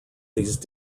these